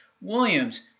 Williams